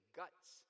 guts